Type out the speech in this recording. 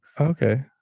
okay